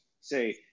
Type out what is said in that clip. say